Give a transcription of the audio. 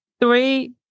Three